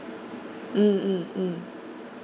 mm mm mm